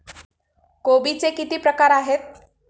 कोबीचे किती प्रकार आहेत?